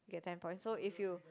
get ten point so if you